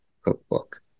cookbook